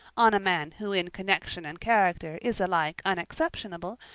on a man who in connection and character is alike unexceptionable,